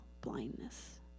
blindness